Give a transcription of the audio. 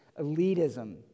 elitism